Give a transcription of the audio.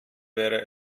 wäre